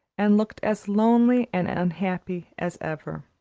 and looked as lonely and unhappy as ever.